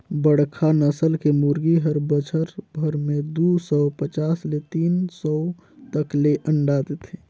बड़खा नसल के मुरगी हर बच्छर भर में दू सौ पचास ले तीन सौ तक ले अंडा देथे